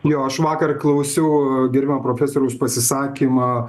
jo aš vakar klausiau gerbiamo profesoriaus pasisakymą